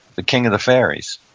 the king of the fairies.